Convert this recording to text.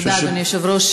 תודה, אדוני היושב-ראש.